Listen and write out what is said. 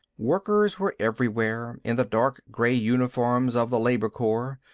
workers were everywhere, in the dark gray uniforms of the labor corps,